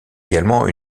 également